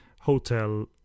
hotel